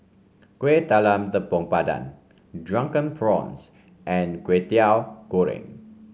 Kueh Talam Tepong Pandan Drunken Prawns and Kwetiau Goreng